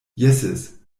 jesses